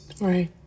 Right